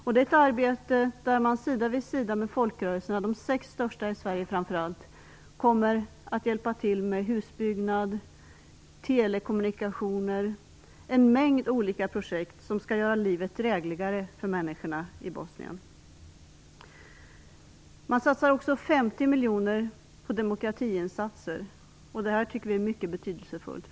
Det är ett arbete där man sida vid sida med framför allt de sex största folkrörelserna i Sverige kommer att hjälpa till med husbyggande, telekommunikationer och en mängd andra olika projekt som skall göra livet drägligare för människorna i Bosnien. Man satsar också 50 miljoner kronor på demokratiinsatser, vilket vi tycker är mycket betydelsefullt.